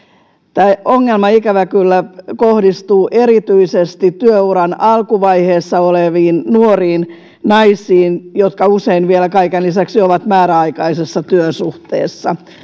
tämä ongelma ikävä kyllä kohdistuu erityisesti työuran alkuvaiheessa oleviin nuoriin naisiin jotka usein vielä kaiken lisäksi ovat määräaikaisessa työsuhteessa